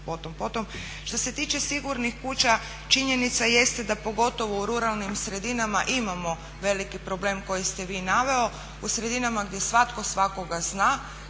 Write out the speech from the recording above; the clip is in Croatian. Što se tiče sigurnih kuća činjenica jeste da pogotovo u ruralnim sredinama imamo veliki problem koji ste vi naveli, u sredinama gdje svatko svakoga zna,